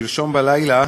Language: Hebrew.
שלשום בלילה,